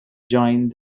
joined